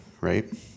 right